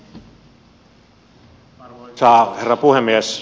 arvoisa herra puhemies